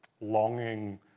longing